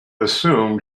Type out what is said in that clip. assumed